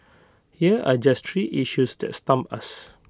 here are just three issues that stump us